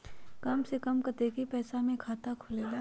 कम से कम कतेइक पैसा में खाता खुलेला?